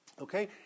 okay